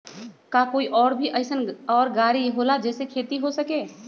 का कोई और भी अइसन और गाड़ी होला जे से खेती हो सके?